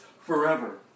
forever